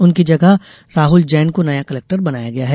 उनकी जगह राहुल जैन को नया कलेक्टर बनाया गया है